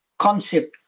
concept